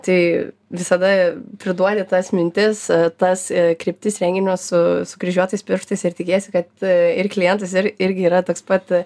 tai visada priduodi tas mintis tas kryptis renginio su sukryžiuotais pirštais ir tikiesi kad ir klientas ir irgi yra toks pat